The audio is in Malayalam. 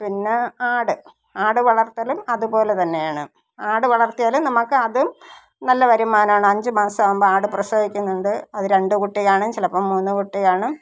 പിന്നെ ആട് ആടുവളർത്തലും അതുപോലെ തന്നെയാണ് ആടുവളർത്തിയാലും നമുക്ക് അതും നല്ല വരുമാനമാണ് അഞ്ച് മാസം ആകുമ്പോൾ ആട് പ്രസവിക്കുന്നുണ്ട് അത് രണ്ടു കുട്ടി കാണും ചിലപ്പോൾ മൂന്നു കുട്ടി കാണും